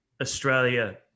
Australia